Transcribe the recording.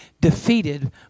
defeated